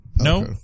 No